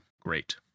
great